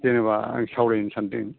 जेनेबा आं सावरायनो सान्दों